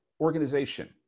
organization